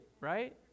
right